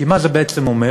כי מה זה בעצם אומר?